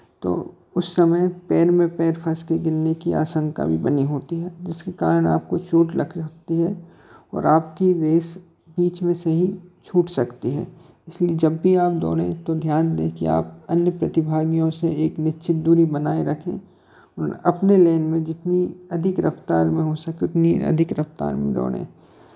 तो उस समय पैर में पैर फंस के गिरने की आशंका भी बनी होती है जिसके कारण आपको चोट लग सकती है और आपकी रेस बीच में से ही छूट सकती है इसलिए जब भी आप दौड़ें तो ध्यान दें कि आप अन्य प्रतिभागियों से एक निश्चित दूरी बनाए रखें और अपने लेन में जितनी अधिक रफ़्तार में हो सके उतनी अधिक रफ़्तार में दौड़ें